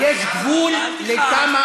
עברת כל גבול.